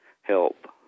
help